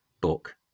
book